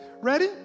Ready